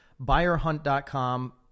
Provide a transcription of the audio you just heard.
buyerhunt.com